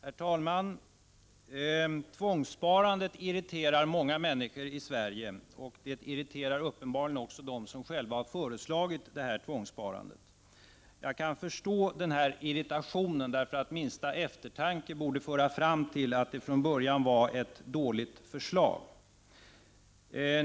Herr Talman! Tvångssparandet irriterar många människor i Sverige, och det irriterar uppenbarligen också dem som själva har föreslagit detta tvångssparande. Jag kan förstå den irritationen, för minsta eftertanke borde leda fram till att det från början var ett dåligt förslag.